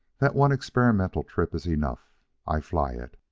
that one experimental trip is enough i fly it!